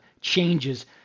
changes